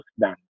done